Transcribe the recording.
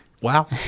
Wow